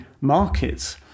markets